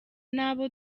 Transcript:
n’abo